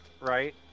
Right